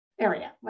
area